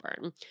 burn